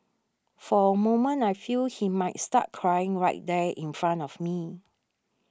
for a moment I feel he might start crying right there in front of me